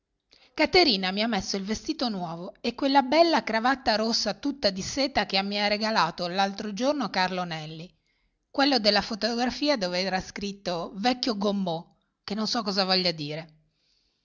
ha messo il vestito nuovo e quella bella cravatta rossa tutta di seta che mi ha regalato l'altro giorno carlo nelli quello della fotografia dov'era scritto vecchio gommeux che non so cosa voglia dire